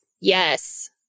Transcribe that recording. Yes